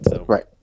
Right